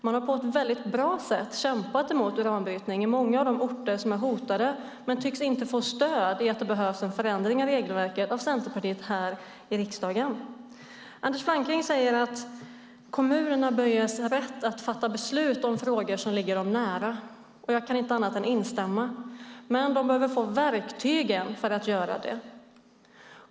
Man har kämpat mot uranbrytning på ett väldigt bra sätt på många av de orter som är hotade men tycks inte få stöd för att det behövs en förändring av regelverket av centerpartisterna här i riksdagen. Anders Flanking säger att kommunerna bör ges rätt att fatta beslut om frågor som ligger dem nära. Jag kan inte annat än instämma i det. Men de behöver få verktyg för att göra det.